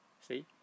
See